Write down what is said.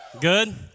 Good